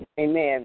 Amen